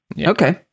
Okay